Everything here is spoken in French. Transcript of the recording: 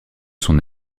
son